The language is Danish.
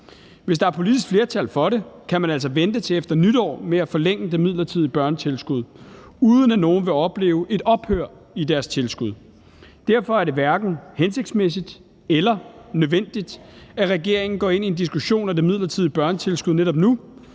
Hvis der er politisk flertal for det, kan man altså vente til efter nytår med at forlænge det midlertidige børnetilskud, uden at nogen vil opleve et ophør i deres tilskud. Derfor er det hverken hensigtsmæssigt eller nødvendigt, at regeringen går ind i en diskussion af det midlertidige børnetilskud netop nu.